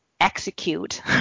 execute